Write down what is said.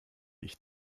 ich